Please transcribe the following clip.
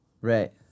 Right